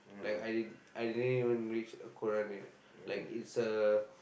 like I didn't I didn't even reach Quran yet like it's a